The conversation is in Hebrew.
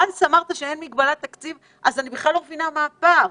אבל ברגע שאמרת שאין מגבלת תקציב אני בכלל לא מבינה מה הפער.